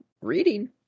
reading